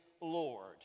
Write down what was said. Lord